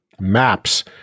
Maps